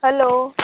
hello